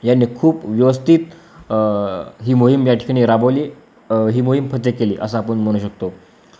यांनी खूप व्यवस्थित ही मोहीम या ठिकाणी राबवली ही मोहीम फज केली असं आपण म्हणू शकतो